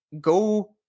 go